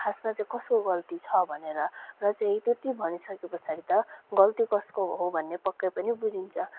खासमा चाहिँ कसको गल्ती छ भनेर र चाहिँ त्यति भइसके पछाडि त गल्ती कसको हो भनेर पक्कै पनि बुझिन्छ